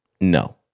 No